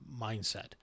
mindset